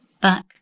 back